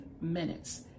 minutes